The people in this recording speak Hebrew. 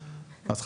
אז,